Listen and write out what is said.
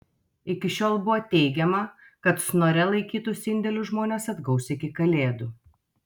iki šiol buvo teigiama kad snore laikytus indėlius žmonės atgaus iki kalėdų